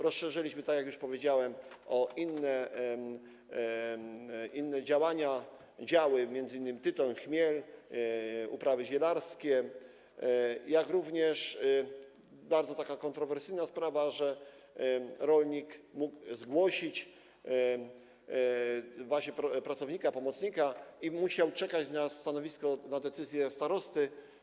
Rozszerzyliśmy to, tak jak już powiedziałem, o inne działania, działy, m.in. tytoń, chmiel, uprawy zielarskie, jak również była taka bardzo kontrowersyjna sprawa, tak że rolnik mógł zgłosić pracownika, pomocnika i musiał czekać na stanowisko, na decyzję starosty.